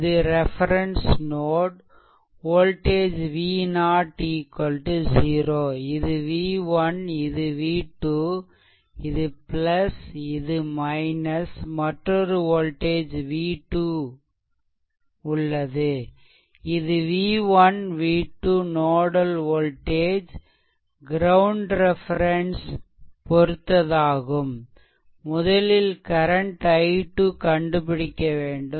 இது reference node voltage V0 0 இது v1 இது v2 இது இது மற்றொரு வோல்டேஜ் உள்ளது v2 இது v1 v2 nodal voltage ground reference பொருத்ததாகும் முதலில் கரண்ட் i2 கண்டுபிடிக்கவேண்டும்